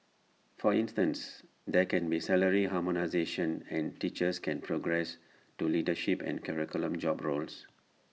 for instance there can be salary harmonisation and teachers can progress to leadership and curriculum job roles